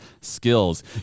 skills